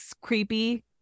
creepy